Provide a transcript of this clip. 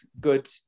good